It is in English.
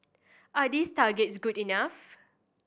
are these targets good enough